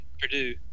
Purdue